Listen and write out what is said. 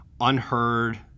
unheard